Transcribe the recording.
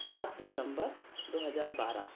सात दिसंबर दो हजार बारह